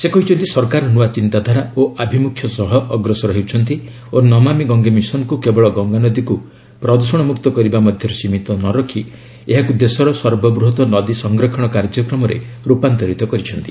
ସେ କହିଛନ୍ତି ସରକାର ନ୍ନଆ ଚିନ୍ତାଧାରା ଓ ଆଭିମୁଖ୍ୟ ସହ ଅଗ୍ରସର ହେଉଛନ୍ତି ଓ ନମାମୀ ଗଙ୍ଗେ ମିଶନକୁ କେବଳ ଗଙ୍ଗାନଦୀକୁ ପ୍ରଦୃଷଣମୁକ୍ତ କରିବା ମଧ୍ୟରେ ସୀମିତ ନ ରଖି ଏହାକୁ ଦେଶର ସର୍ବବୃହତ ନଦୀ ସଂରକ୍ଷଣ କାର୍ଯ୍ୟକ୍ରମରେ ର୍ ପାନ୍ତରିତ କରିଛନ୍ତି